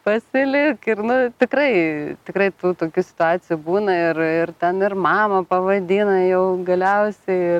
pasilik ir nu tikrai tikrai tokių situacijų būna ir ir ten ir mama pavadina jau galiausiai